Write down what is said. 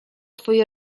twoi